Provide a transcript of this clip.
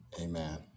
amen